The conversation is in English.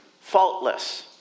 faultless